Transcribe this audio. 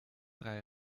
drei